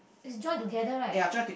is join together right